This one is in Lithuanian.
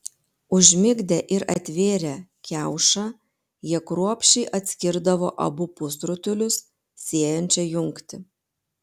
užmigdę ir atvėrę kiaušą jie kruopščiai atskirdavo abu pusrutulius siejančią jungtį